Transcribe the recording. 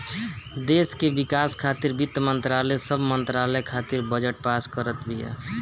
देस के विकास खातिर वित्त मंत्रालय सब मंत्रालय खातिर बजट पास करत बिया